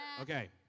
Okay